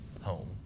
home